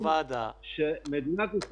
בוועדה --- צריך להבין שמדינת ישראל